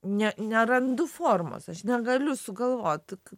ne nerandu formos aš negaliu sugalvot